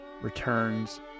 returns